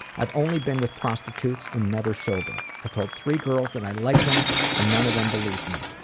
i've only been with prostitutes and never sober. i told three girls that i like them and none of them believed me,